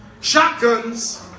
shotguns